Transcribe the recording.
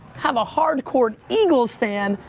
have a hardcore eagles fan,